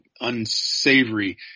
unsavory